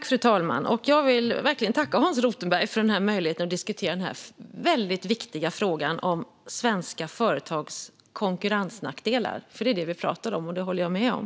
Fru talman! Jag vill verkligen tacka Hans Rothenberg för möjligheten att diskutera denna viktiga fråga om svenska företags konkurrensnackdelar, för detta är vad vi pratar om - det håller jag med om.